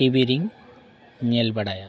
ᱨᱮᱧ ᱧᱮᱞ ᱵᱟᱲᱟᱭᱟ